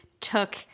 took